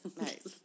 Nice